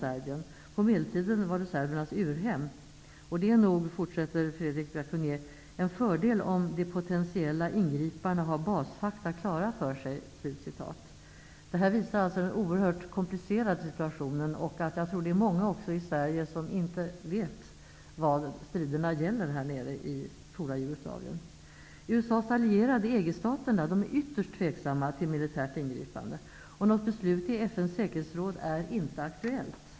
Men det är nog en fördel om de potentiella ingriparna har basfakta klara för sig.'' Det här visar hur oerhört komplicerad situationen är. Det finns många också i Sverige som inte vet vad striderna gäller i forna Jugoslavien. USA:s allierade, EG-staterna, är ytterst tveksamma till militärt ingripande. Något beslut i FN:s säkerhetsråd är inte aktuellt.